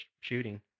shooting